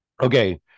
okay